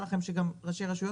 חלק גדות מאוד מהשירות.